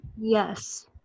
Yes